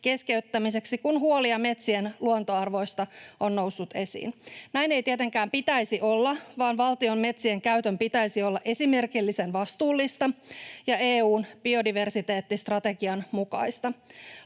keskeyttämiseksi, kun huolia metsien luontoarvoista on noussut esiin. Näin ei tietenkään pitäisi olla, vaan valtion metsien käytön pitäisi olla esimerkillisen vastuullista ja EU:n biodiversiteettistrategian mukaista.